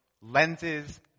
lenses